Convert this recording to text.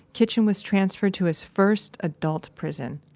kitchen was transferred to his first adult prison,